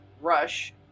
Rush